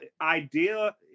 idea